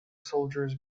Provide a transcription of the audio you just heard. soldiers